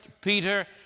Peter